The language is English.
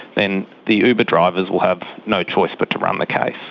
then the uber drivers will have no choice but to run the case.